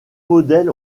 modèles